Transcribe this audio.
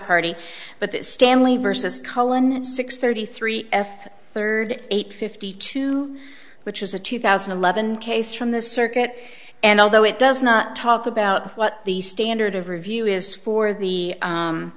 party but stanley versus cullen six thirty three f third eight fifty two which is a two thousand and eleven case from the circuit and although it does not talk about what the standard of review is for the